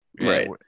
right